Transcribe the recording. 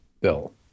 Bill